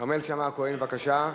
כרמל שאמה-הכהן, בבקשה.